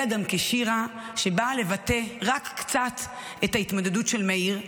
אלא גם כשירה שבאה לבטא רק קצת את ההתמודדות של מאיר,